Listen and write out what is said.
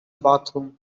bathroom